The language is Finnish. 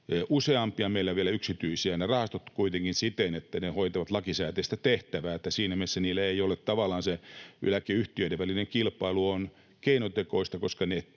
rahastot ovat vielä yksityisiä, kuitenkin siten, että ne hoitavat lakisääteistä tehtävää — siinä mielessä tavallaan se eläkeyhtiöiden välinen kilpailu on keinotekoista, koska ne tekevät